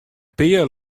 pear